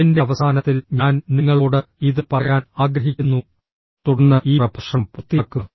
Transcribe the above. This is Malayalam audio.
അതിന്റെ അവസാനത്തിൽ ഞാൻ നിങ്ങളോട് ഇത് പറയാൻ ആഗ്രഹിക്കുന്നു തുടർന്ന് ഈ പ്രഭാഷണം പൂർത്തിയാക്കുക